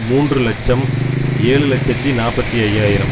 மூன்று லட்சம் ஏழு லட்சத்தி நாற்பத்தி ஐயாயிரம்